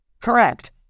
Correct